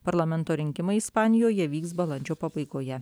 parlamento rinkimai ispanijoje vyks balandžio pabaigoje